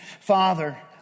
Father